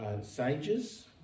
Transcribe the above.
sages